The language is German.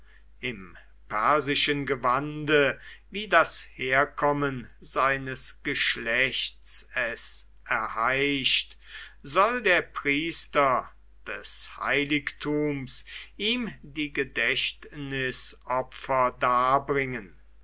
im persischen gewande wie das herkommen seines geschlechts es erheischt soll der priester des heiligtums ihm die gedächtnisopfer darbringen